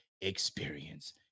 experience